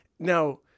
Now